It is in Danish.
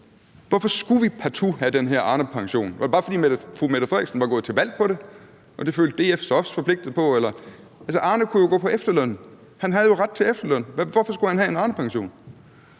Hvorfor skulle vi partout have den her Arnepension? Var det bare, fordi fru Mette Frederiksen var gået til valg på det, og det følte DF sig også forpligtet på, eller hvad? Altså, Arne kunne jo gå på efterløn, han havde jo ret til efterløn, hvorfor skulle han have en Arnepension?